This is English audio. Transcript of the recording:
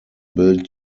built